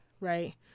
right